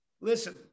listen